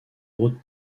route